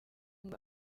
ngo